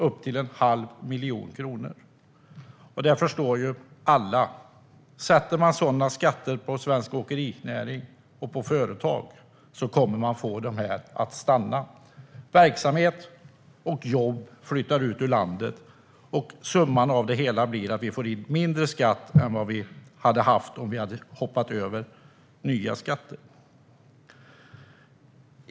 Alla förstår att om man sätter sådana skatter på svensk åkerinäring och företag kommer de att stanna av. Verksamhet och jobb flyttar ut ur landet. Summan av det hela blir att vi får in mindre skatt än vad vi hade fått om vi hade hoppat över nya skatter. Herr talman!